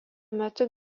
metu